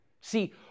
See